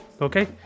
okay